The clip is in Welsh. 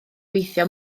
weithio